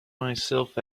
myself